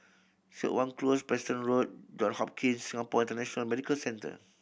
Siok Wan Close Preston Road John Hopkins Singapore International Medical Centre